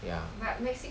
ya